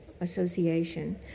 association